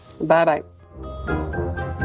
Bye-bye